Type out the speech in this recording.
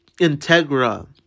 Integra